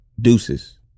Deuces